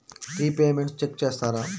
Repayments check చేస్తారా?